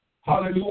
Hallelujah